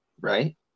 right